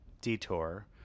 detour